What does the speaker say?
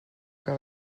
que